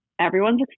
everyone's